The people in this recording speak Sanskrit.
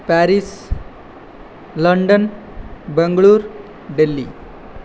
Paris London Bengaluru Delhi